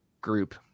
group